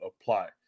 apply